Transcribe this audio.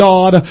God